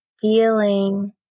feeling